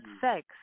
sex